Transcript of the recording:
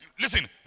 Listen